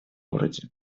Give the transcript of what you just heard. городе